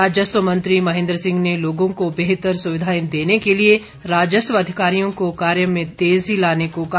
राजस्व मंत्री महेन्द्र सिंह ने लोगों को बेहतर सुविधाएं देने के लिए राजस्व अधिकारियों को कार्य में तेजी लाने को कहा